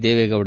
Deve Gowda